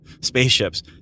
spaceships